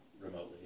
remotely